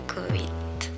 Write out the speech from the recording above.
Covid